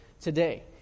today